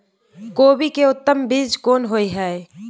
कोबी के उत्तम बीज कोन होय है?